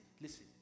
listen